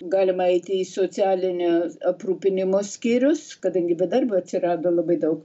galima eiti į socialinio aprūpinimo skyrius kadangi bedarbių atsirado labai daug